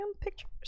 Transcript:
pictures